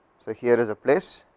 so, here is a place,